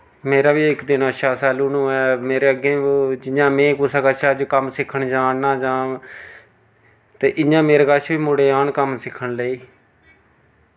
मेरा बी इक दिन अच्छा सैलून होऐ मेरे अग्गें बी जि'यां में कुसै कछा अज्ज कम्म सिक्खन जा ना जां ते इ'यां मेरे कच्छ बी मुड़े औन कम्म सिक्खन लेई